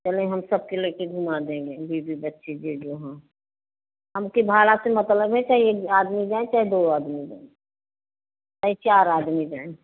चलें हम सबको लेके घुमा देंगे बीवी बच्चे जे जो हाँ हमके भाड़ा से मतलब है चाहे एक आदमी जाए चाहे दो आदमी जाएँ चाहे चार आदमी जाएँ